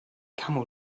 camel